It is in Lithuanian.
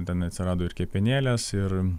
ten atsirado ir kepenėles ir